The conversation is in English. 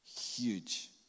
Huge